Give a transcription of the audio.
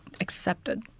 accepted